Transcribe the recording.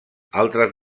altres